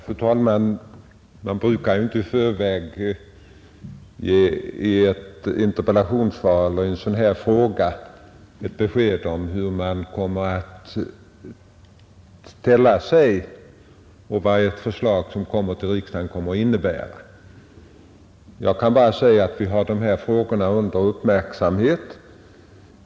Fru talman! Man brukar ju inte i förväg i ett interpellationseller frågesvar ge besked om hur man kommer att ställa sig och vad ett förslag som skall lämnas till riksdagen kommer att innebära. Jag vill bara säga att vi har dessa frågor under uppmärksamhet.